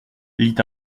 lit